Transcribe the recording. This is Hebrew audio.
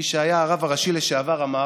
מי שהיה הרב הראשי, אמר: